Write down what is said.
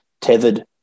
tethered